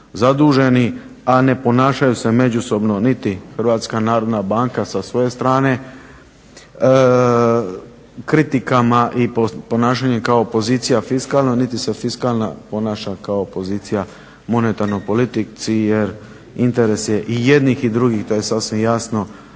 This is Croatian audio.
zaduženi, a ne ponašaju se međusobno niti Hrvatska narodna banka sa svoje strane, kritikama i ponašanjem kako pozicija fiskalno, niti se fiskalna ponašao kao pozicija monetarnoj politici jer interes je i jednih i drugih, to je sasvim jasno,